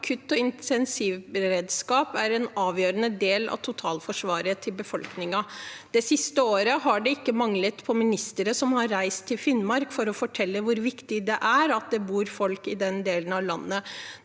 Akuttog intensivberedskap er en avgjørende del av befolkningens totalforsvar. Det siste året har det ikke manglet på ministere som har reist til Finnmark for å fortelle hvor viktig det er at det bor folk i den delen av landet.